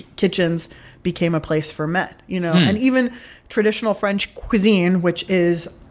kitchens became a place for men. you know, and even traditional french cuisine, which is